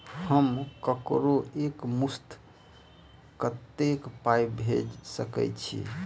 हम ककरो एक मुस्त कत्तेक पाई भेजि सकय छी?